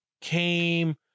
came